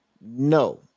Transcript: No